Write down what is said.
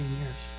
years